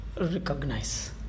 recognize